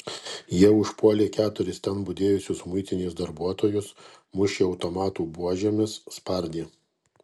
jie užpuolė keturis ten budėjusius muitinės darbuotojus mušė automatų buožėmis spardė